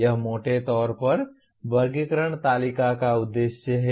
यह मोटे तौर पर वर्गीकरण तालिका का उद्देश्य है